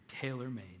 tailor-made